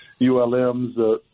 ULMs